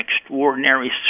extraordinary